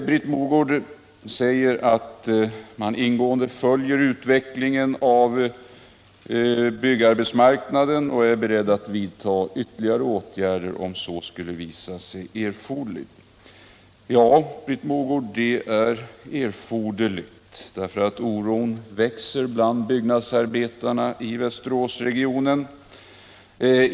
Britt Mogård säger att man ingående följer utvecklingen av byggarbetsmarknaden och är beredd att vidta ytterligare åtgärder om så skulle visa sig erforderligt. Det är erforderligt, därför att oron växer bland byggnadsarbetarna i Västeråsregionen.